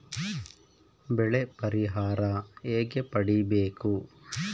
ಬೆಳೆ ಪರಿಹಾರ ಹೇಗೆ ಪಡಿಬೇಕು?